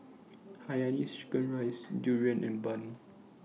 Hainanese Chicken Rice Durian and Bun